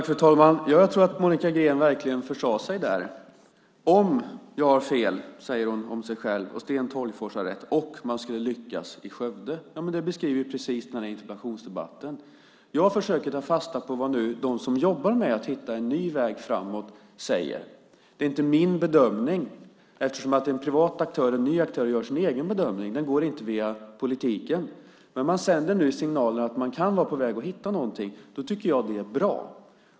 Fru talman! Jag tror att Monica Green försade sig där. Om jag har fel, säger hon om sig själv, och Sten Tolgfors har rätt och man skulle lyckas i Skövde. Det beskriver precis den här interpellationsdebatten. Jag försöker ta fasta på vad de som jobbar med att hitta en ny väg framåt säger. Det är inte min bedömning, eftersom en privat och ny aktör gör sin egen bedömning. Den går inte via politiken. Man sänder nu signaler om att man kan vara på väg att hitta någonting. Det tycker jag är bra.